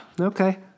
Okay